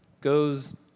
goes